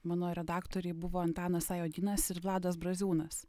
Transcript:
mano redaktoriai buvo antanas a jonynas ir vladas braziūnas